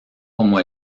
como